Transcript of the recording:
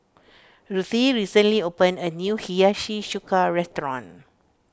Ruthie recently opened a new Hiyashi Chuka restaurant